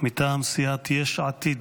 מטעם סיעת יש עתיד.